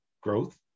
growth